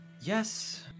yes